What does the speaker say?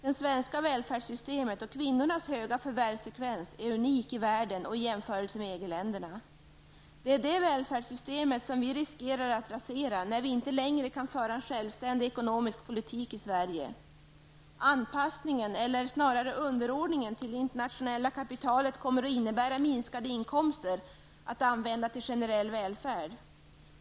Det svenska välfärdssystemet och kvinnornas höga förvärvsfrekvens är någonting som är unikt i världen och i jämförelse med EG länderna. Det är detta välfärdssystem som vi riskerar att rasera, när vi inte längre kan föra en självständig ekonomisk politik i Sverige. Anpassningen, eller snarare underordningen, till det internationella kapitalet kommer att innebära minskade inkomster att använda till generell välfärd.